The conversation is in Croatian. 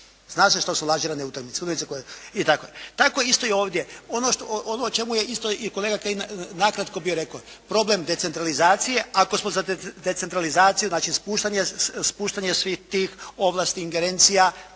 Zna se što su lažirane utakmice. Utakmice koje i tako. Tako isto i ovdje. Ono o čemu je isto kolega Kajin nakratko bio rekao. Problem decentralizacije, ako smo za decentralizaciju znači spuštanje svih tih ovlasti, ingerencija